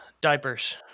diapers